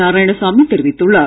நாராயணசாமி தெரிவித்துள்ளார்